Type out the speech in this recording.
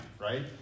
right